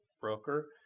broker